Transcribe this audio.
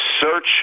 search